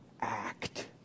act